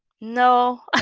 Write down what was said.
no